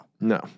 no